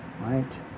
right